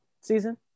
season